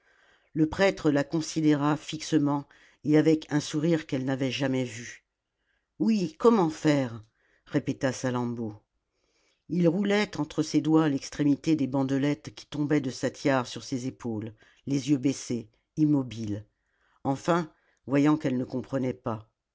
le prêtre la considéra fixement et avec un sourire qu'elle n'avait jamais vu oui comment faire répéta salammbô il roulait entre ses doigts l'extrémité des bandelettes qui tombaient de sa tiare sur ses épaules les jeux baissés immobile enfin voyant qu'elle ne coniprenait pas